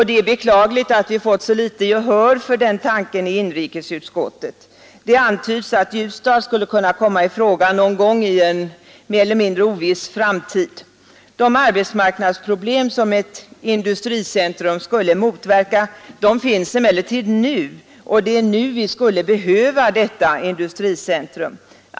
Det är beklagligt att vi fått så litet gehör för den tanken i inrikesutskottet. Det antyds att Ljusdal skulle kunna komma i fråga någon gång i en mer eller mindre oviss framtid. De arbetsmarknadsproblem som ett industricentrum skulle motverka finns emellertid nu och det är nu vi skulle behöva detta industricentrum.